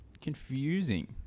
confusing